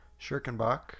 Schirkenbach